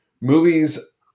movies